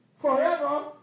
forever